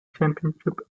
championship